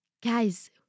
Guys